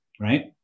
right